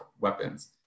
weapons